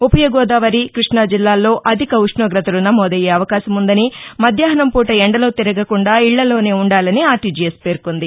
ఉభయ గోదావరి కృష్ణాజిల్లాల్లో అధిక ఉష్ణోగతలు నమోదయ్యే అవకాశముందని మధ్యాహ్నం పూట ఎండలో తిరగకుండా ఇళ్ళల్లోనే ఉండాలని ఆర్లీజీఎస్ పేర్కొంది